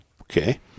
Okay